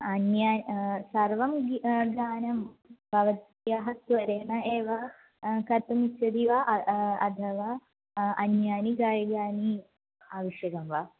अन्य सर्वं गानं भवत्याः स्वरेण एव कर्तुम् इच्छति वा अथवा अन्याः गायकाः आवश्यकाः वा